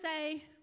say